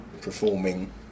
performing